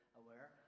aware